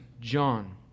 John